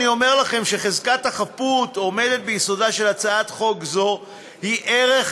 אני אומר לכם שחזקת החפות העומדת ביסודה של הצעת חוק זאת היא ערך